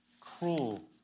cruel